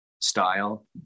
style